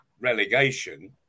relegation